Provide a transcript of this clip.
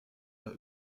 der